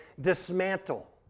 dismantle